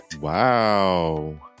Wow